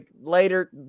later